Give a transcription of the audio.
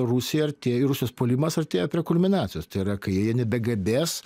rusija artėja rusijos puolimas artėja prie kulminacijos tai yra kai jie nebegebės